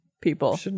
People